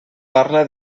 parla